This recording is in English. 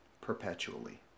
perpetually